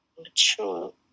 mature